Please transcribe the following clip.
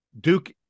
Duke